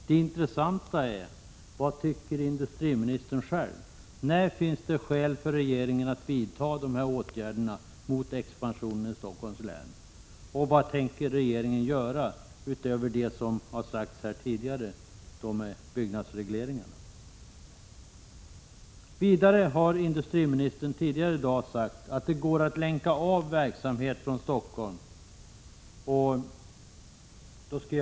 Det intressanta är vad industriministern själv anser. När finns det skäl för regeringen att vidta åtgärder mot expansionen i Stockholms län? Vilka åtgärder tänker regeringen vidta, utöver de byggnadsregleringsåtgärder som förut nämnts? Tidigare i dag sade industriministern att det går att ”länka av” verksamhet från Stockholmsregionen till andra områden.